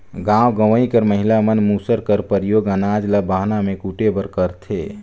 गाँव गंवई कर महिला मन मूसर कर परियोग अनाज ल बहना मे कूटे बर करथे